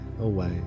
away